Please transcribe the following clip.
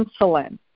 insulin